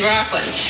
Rockland